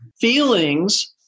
feelings